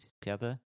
together